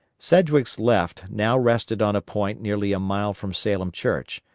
sedgwick's left now rested on a point nearly a mile from salem church,